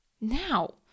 Now